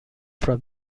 from